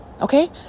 okay